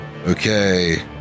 Okay